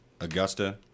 augusta